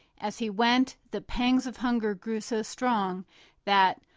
as he went, the pangs of hunger grew so strong that,